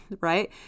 right